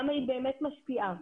כמה היא באמת משפיעה.